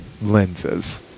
lenses